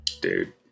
Dude